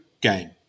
game